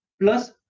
plus